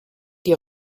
die